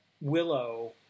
Willow